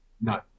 no